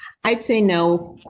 i'd say, no.